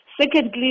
Secondly